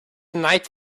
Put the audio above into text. night